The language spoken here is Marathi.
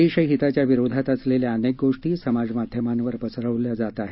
देशहिताच्या विरोधात असलेल्या अनेक गोष्टी समाज माध्यमांवर पसरविल्या जात आहेत